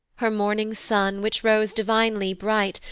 her morning sun, which rose divinely bright,